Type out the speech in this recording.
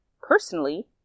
personally